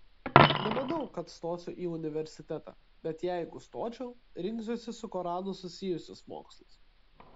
nemanau kad stosiu į universitetą bet jeigu stočiau rinksiuosi su koranu susijusius mokslus